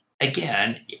again